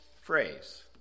phrase